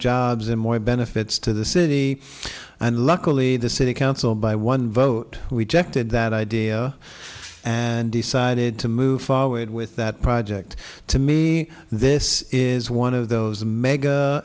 jobs and more benefits to the city and luckily the city council by one vote we jetted that idea and decided to move forward with that project to me this is one of those a mega